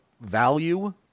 value